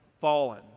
fallen